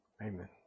Amen